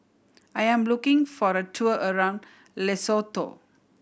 I am looking for a tour around Lesotho